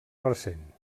recent